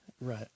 Right